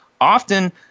often